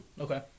Okay